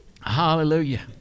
Hallelujah